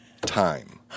time